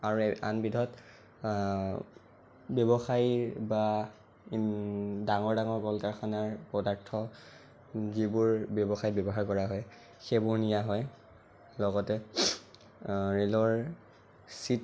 আৰু আনবিধত ব্যৱসায় বা ডাঙৰ ডাঙৰ কল কাৰখানাৰ পদাৰ্থ যিবোৰ ব্যৱসায়ত ব্যৱহাৰ কৰা হয় সেইবোৰ নিয়া হয় লগতে ৰে'লৰ চিট